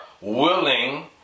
willing